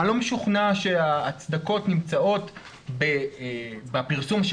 אני לא משוכנע שההצדקות נמצאות בפרסום של